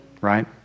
right